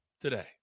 today